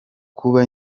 kuba